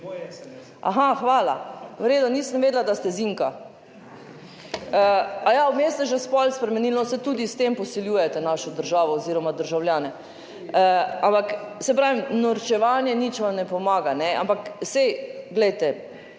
Aha, hvala, v redu, nisem vedela, da ste Zinka. Aja, vmes se je že spol spremenilo, no saj tudi s tem posiljujete našo državo oziroma državljane, ampak saj pravim, norčevanje nič vam ne pomaga, ampak saj, glejte,